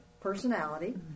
personality